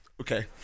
okay